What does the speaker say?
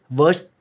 verse